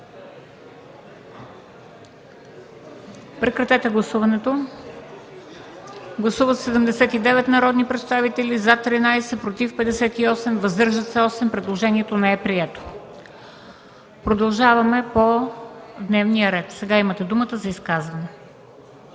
Продължаваме по дневния ред. Сега имате думата за изказване.